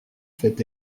fait